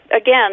again